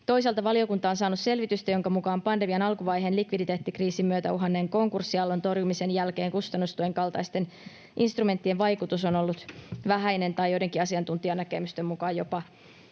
Toisaalta valiokunta on saanut selvitystä, jonka mukaan pandemian alkuvaiheen likviditeettikriisin myötä uhanneen konkurssiaallon torjumisen jälkeen kustannustuen kaltaisten instrumenttien vaikutus on ollut vähäinen tai joidenkin asiantuntijanäkemysten mukaan jopa negatiivinen.